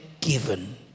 given